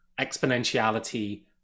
exponentiality